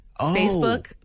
Facebook